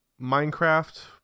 Minecraft